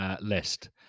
list